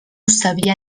sabia